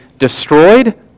destroyed